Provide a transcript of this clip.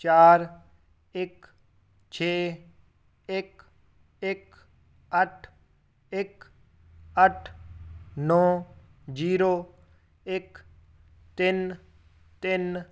ਚਾਰ ਇੱਕ ਛੇ ਇੱਕ ਇੱਕ ਅੱਠ ਇੱਕ ਅੱਠ ਨੌਂ ਜੀਰੋ ਇੱਕ ਤਿੰਨ ਤਿੰਨ